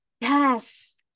Yes